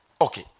Okay